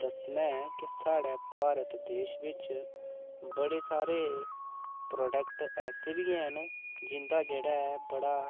दस्सने कि साढ़े भारत देश बिच्च बड़े सारे प्रोडेक्ट ऐसे बी हैन जिंदा जेह्ड़ा ऐ बड़ा